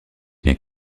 biens